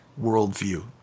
worldview